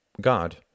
god